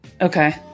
Okay